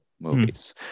movies